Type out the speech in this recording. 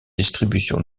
distribution